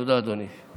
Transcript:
תודה, אדוני.